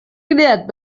cridat